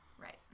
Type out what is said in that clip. Right